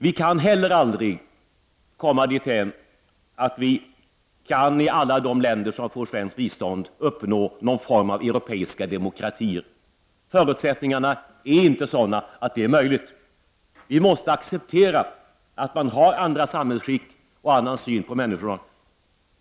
Vi kan heller aldrig komma dithän att vi får någon form av europeiska demokratier i alla de länder som får svenskt bistånd. Förutsättningarna är inte sådana att det är möjligt. Vi måste acceptera att man har andra samhällsskick och en annan syn på människor.